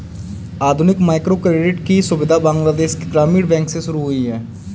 आधुनिक माइक्रोक्रेडिट की सुविधा बांग्लादेश के ग्रामीण बैंक से शुरू हुई है